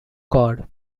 god